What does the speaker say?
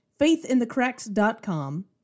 faithinthecracks.com